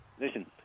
Listen